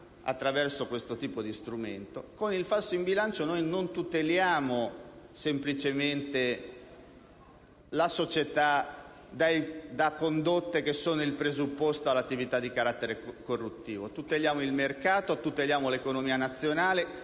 attraverso questo tipo di strumento. Con il falso in bilancio non tuteliamo semplicemente la società da condotte che sono il presupposto all'attività di carattere corruttivo; tuteliamo il mercato e l'economia nazionale